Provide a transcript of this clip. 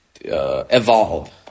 evolve